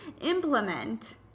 implement